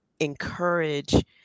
encourage